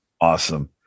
Awesome